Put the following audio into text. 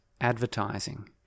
advertising